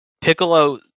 Piccolo